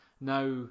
Now